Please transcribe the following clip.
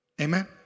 Amen